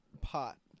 pot